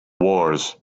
wars